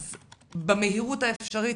אז במהירות האפשרית,